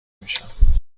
میشم